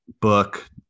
book